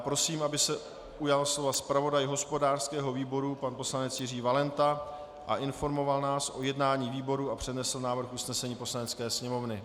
Prosím, aby se ujal slova zpravodaj hospodářského výboru pan poslanec Jiří Valenta a informoval nás o jednání výboru a přednesl návrh usnesení Poslanecké sněmovny.